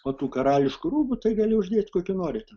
o tų karališkų rūbų tai gali uždėt kokių nori ten